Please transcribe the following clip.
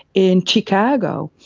in chicago,